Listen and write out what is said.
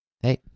Hey